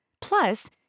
Plus